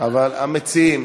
אבל המציעים.